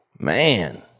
Man